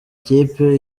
kipe